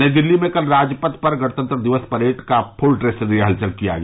नई दिल्ली में कल राजपथ पर गणतंत्र दिवस परेड का फूल ड्रेस रिहर्सल किया गया